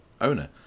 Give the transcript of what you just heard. owner